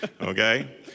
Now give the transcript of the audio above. Okay